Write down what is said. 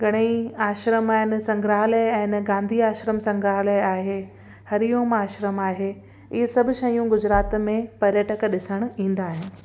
घणेई आश्रम आहिनि संग्रहालय आहिनि गांधीआश्रम संग्रहालय आहे हरिओम आश्रम आहे ईअं सभु शयूं गुजरात में पर्यटक ॾिसण ईंदा आहिनि